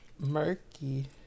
Murky